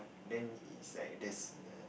then it's like there's a